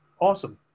awesome